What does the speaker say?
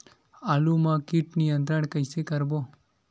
आलू मा कीट नियंत्रण कइसे करबो?